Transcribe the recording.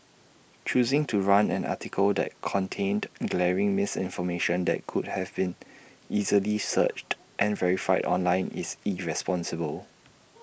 choosing to run an article that contained glaring misinformation that could have been easily searched and verified online is irresponsible